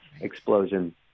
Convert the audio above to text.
explosion